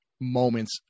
Moments